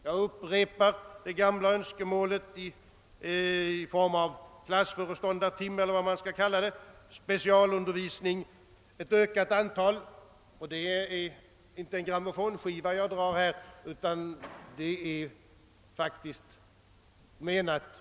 Jag upprepar det gamla önskemålet om ett ökat antal klassföreståndartimmar — eller vad de skall kallas — med specialundervisning. Det är inte någon grammofonskiva som jag nu spelar upp utan jag menar faktiskt allvar.